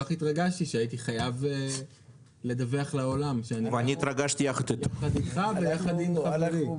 אתם מכירים את ההסתייגות המרכזית שיש לי לגבי החוק המרכזי לכל הפחות,